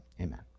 amen